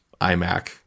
iMac